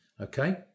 Okay